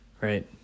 right